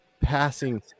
passing